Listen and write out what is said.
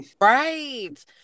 Right